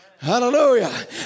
Hallelujah